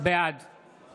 בעד